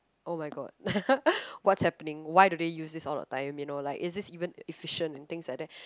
oh-my-god what's happening why do they use this all the time you know like is this even efficient and things like that